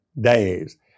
days